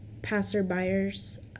passerbyers